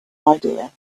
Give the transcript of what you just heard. idea